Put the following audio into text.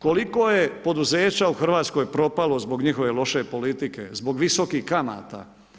Koliko je poduzeća u Hrvatskoj propalo zbog njihove loše politike, zbog visokih kamata?